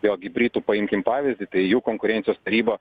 jog britų paimkim pavyzdį tai jų konkurencijos taryba